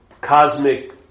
cosmic